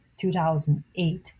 2008